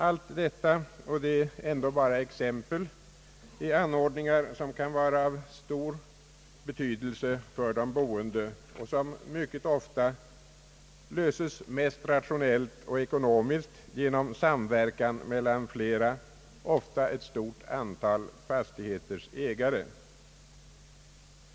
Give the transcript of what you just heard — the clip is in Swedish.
Allt detta — och det är ändå bara exempel — är anordningar som kan vara av stor betydelse för de boende och som mycket ofta löses mest rationellt och ekonomiskt genom samverkan genom flera, ofta ett stort antal fastigheters ägare.